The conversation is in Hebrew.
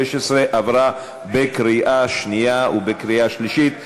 התשע"ו 2016, עברה בקריאה שנייה ובקריאה שלישית.